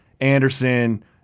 Anderson